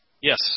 Yes